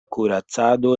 kuracado